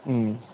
అ